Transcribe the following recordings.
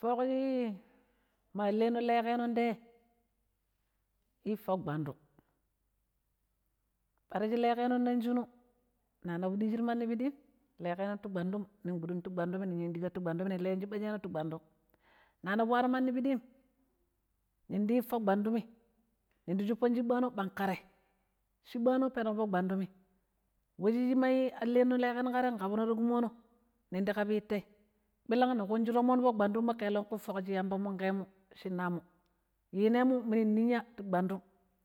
Foƙii ma aleno leƙennon tayei i foƙ gwandum, ɓara shi leƙenon nong shinu, na nabu dijiti mandi fudim leƙeno ti gwandum, ning gbuɗun ti gwandumii ning yun diƙha ti gwandumii ning leyyon shiɓɓa sheno ti gwandumii na nabu waro mandi pidiim ning ɗiyii yii foƙ gwandumii ning ndi shupon shɓɓano pang ƙa tei shiɓɓano penuƙo foƙ gwandumii, we shi ma alleno leƙenon ƙa te, nƙabuno ta kumono, ning di ƙaabi tei ɓilang ni ƙunji tomon foƙ gwandumumo kelengƙui foƙ shi yamba munƙemu shinanmu, yinemu minu ninya ti gwandum,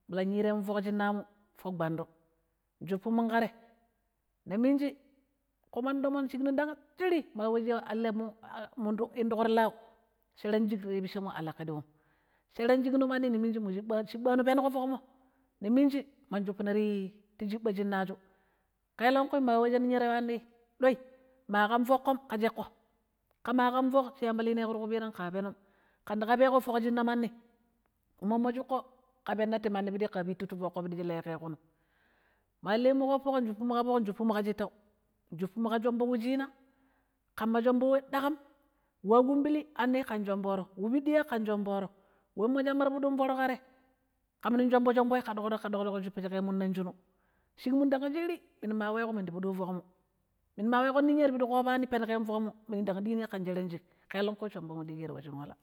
ɓirang nyire mu foƙ shinnamu foƙ gwandum, nshuppumun ƙate, ni minji kuman tomon shiƙnon ndang shirii, ma we shi allemu a in diƙo ti lau sheran shik ti pishemo a laƙƙi dium, sheran shikno mandi niiminji mu shiɓɓano shiɓɓano penuƙo foƙ ummo, niminji mun shuppina ti shiɓɓa shinaju kelengkui ma we shi ninya ta yuwani ɗoi maƙam fok'omo ƙa sheƙo ƙema ƙan fok shi yamba lineƙo tuƙu piirammo ƙa penam kandi kaabeko fok shina manni mummo shuƙƙo ƙe penna ti mandi puɗi ƙa pittu ti foƙ ƙo piɗi shi leƙeƙonim, ma allemu ƙoopuƙo shuppumu ƙa foƙ nshuppumu ƙa shittau, nshuppumu ƙa shombo wu chinaa ƙamma shombo we ɗakaamm waa kumbili ani ƙan shomboro, wu piɗiya ƙan shomboro, we mo shimma ta yun foro ƙa te, kam nong shombo shomboi ƙa ɗoƙ-ɗoƙ ka ɗoƙ-ɗoƙ, shi shupishi ƙenmu nong shinu, shik mun dang shirii minu ma weƙo minu ti puduifoƙmu minu ma weƙo ninya tipudi ƙoobani peniƙemu foƙmu minu ndang ɗiina ƙan sheran shik keleng ƙui shombommo ɗi kero we shin wala.